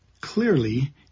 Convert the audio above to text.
Clearly